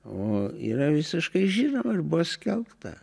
o yra visiškai žinoma ir buvo skelbta